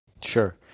Sure